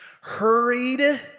hurried